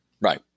Right